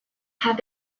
have